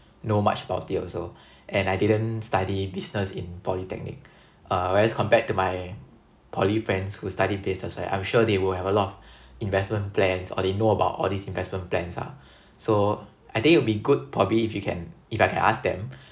know much about it also and I didn't study business in polytechnic uh whereas compared to my poly friends who studied business right I'm sure they will have a lot of investment plans or they know about all these investment plans ah so I think it will be good probably if you can if I can ask them